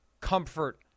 comfort